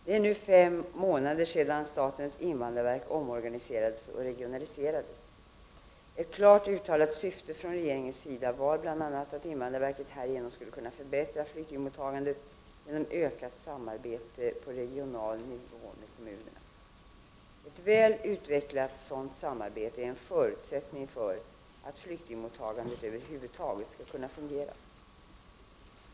Det är nu fem månader sedan statens invandrarverk omorganiserades och regionaliserades. Ett klart uttalat syfte från regeringens sida var bl.a. att invandrarverket härigenom skulle kunna förbättra flyktingmottagandet genom ökat samarbete på regional nivå med kommunerna. Ett väl utvecklat sådant samarbete är en förutsättning för att flyktingmottagandet över huvud taget skall kunna fungera.